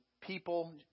people